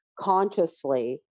consciously